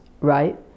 right